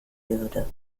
würde